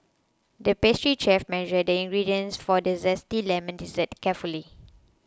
the pastry chef measured the ingredients for a Zesty Lemon Dessert carefully